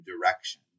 direction